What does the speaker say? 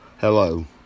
Hello